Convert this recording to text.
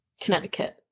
Connecticut